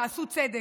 עשו צדק,